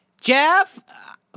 Jeff